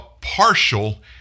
partial